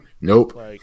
Nope